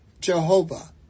Jehovah